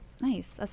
Nice